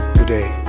today